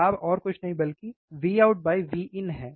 लाभ और कुछ नहीं बल्कि Vout Vin है